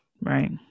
Right